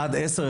עד עשר,